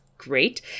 great